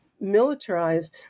militarized